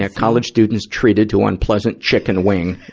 ah college student's treated to unpleasant chicken wing.